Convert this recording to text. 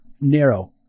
narrow